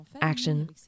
action